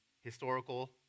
historical